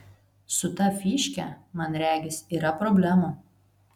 su ta fyške man regis yra problemų